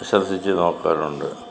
വിശ്വസിച്ച് നോക്കാറുണ്ട്